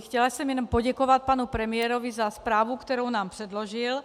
Chtěla jsem jenom poděkovat panu premiérovi za zprávu, kterou nám předložil.